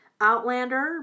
Outlander